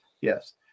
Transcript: Yes